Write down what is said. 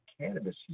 cannabis